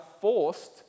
forced